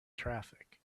traffic